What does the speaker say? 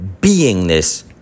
beingness